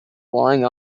flying